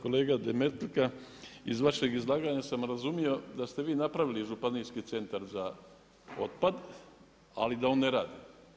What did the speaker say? Kolega Demetlika, iz vašeg izlaganja sam razumio da ste vi napravili županijski centar za otpad, ali da on ne radi.